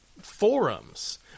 forums